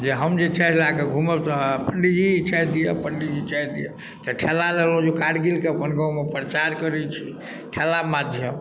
जे हम जे चाइ लऽ कऽ घुमब तऽ पण्डीजी चाइ दिअ पण्डीजी चाइ दिअ तऽ ठेला लेलहुँ जे कारगिलके अपन गाममे प्रचार करै छी ठेला माध्यम